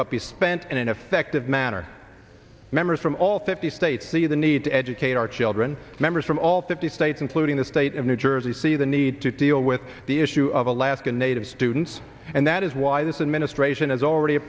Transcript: but be spent in an effective manner members from all fifty states the the need to educate our children members from all fifty states including the state of new jersey see the need to deal with the issue of alaska native students and that is why this administration has already